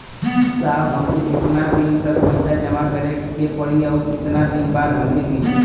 साहब हमके कितना दिन तक पैसा जमा करे के पड़ी और कितना दिन बाद हमके मिली?